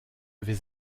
vais